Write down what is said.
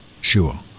Sure